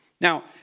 Now